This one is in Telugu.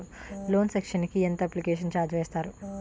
లోన్ సాంక్షన్ కి ఎంత అప్లికేషన్ ఛార్జ్ వేస్తారు?